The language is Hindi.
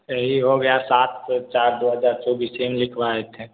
यही हो गया सात को चार दो हजार चौबीसे में लिखवाए थे